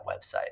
website